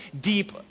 deep